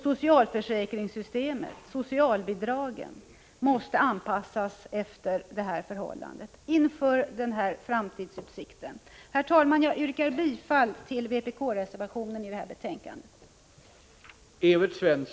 Socialförsäkringssystemet måste anpassas inför dessa framtidsutsikter. Herr talman! Jag yrkar bifall till vpk-reservationen som är fogad till detta betänkande.